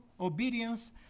obedience